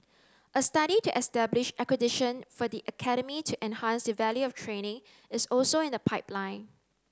a study to establish accreditation for the academy to enhance the value of training is also in the pipeline